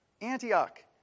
Antioch